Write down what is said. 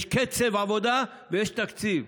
יש קצב עבודה ויש תקציב.